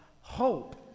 Hope